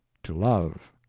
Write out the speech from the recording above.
to love.